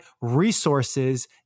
Resources